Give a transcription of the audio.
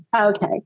Okay